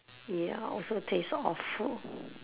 ya also tastes awful